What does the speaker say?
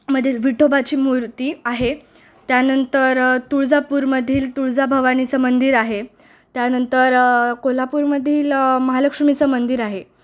मधील विठोबाची मूर्ती आहे त्यानंतर तुळजापूरमधील तुळजाभवानीचं मंदिर आहे त्यानंतर कोल्हापूरमधील महालक्ष्मीचं मंदिर आहे